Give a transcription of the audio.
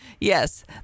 yes